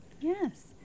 Yes